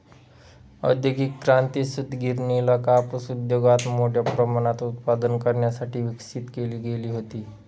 औद्योगिक क्रांती, सूतगिरणीला कापूस उद्योगात मोठ्या प्रमाणात उत्पादन करण्यासाठी विकसित केली गेली होती